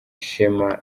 shema